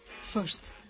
first